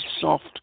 soft